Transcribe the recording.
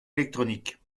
électronique